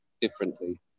differently